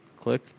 Click